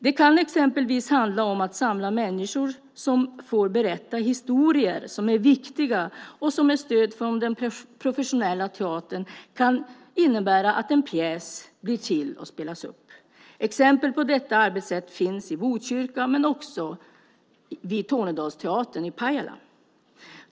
Det kan exempelvis handla om att samla människor som får berätta historier som är viktiga och som med stöd från den professionella teatern kan innebära att en pjäs blir till och spelas upp. Exempel på detta arbetssätt finns i Botkyrka men också vid Tornedalsteatern i Pajala.